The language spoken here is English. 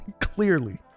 clearly